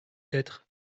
être